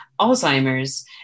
Alzheimer's